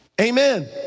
Amen